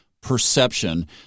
perception